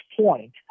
point